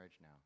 now